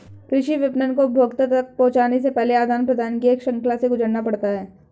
कृषि विपणन को उपभोक्ता तक पहुँचने से पहले आदान प्रदान की एक श्रृंखला से गुजरना पड़ता है